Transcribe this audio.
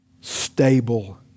stable